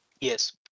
yes